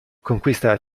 conquista